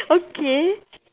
okay